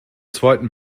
zweiten